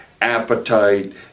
Appetite